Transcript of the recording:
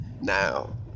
now